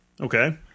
Okay